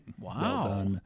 Wow